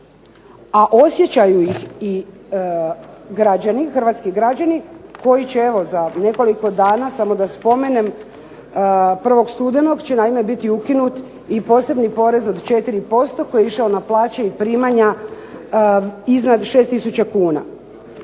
a osjećaju ih i građani, hrvatski građani koji će evo za nekoliko dana, samo da spomenem 1. studenog će naime biti ukinut i posebni porez od 4% koji je išao na plaće i primanja iznad 6 tisuća kuna.